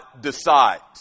decides